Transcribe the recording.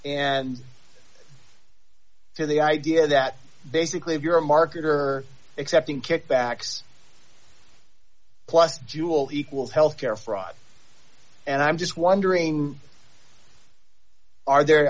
and so the idea that basically if you're a marketer accepting kickbacks plus jewel equals health care fraud and i'm just wondering are